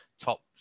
top